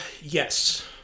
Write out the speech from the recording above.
yes